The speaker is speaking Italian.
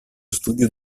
studio